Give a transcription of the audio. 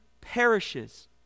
perishes